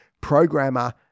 Programmer